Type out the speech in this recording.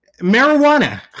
Marijuana